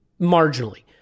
marginally